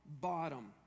bottom